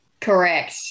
Correct